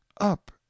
Up